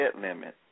limit